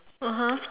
(uh huh)